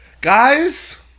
guys